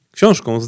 Książką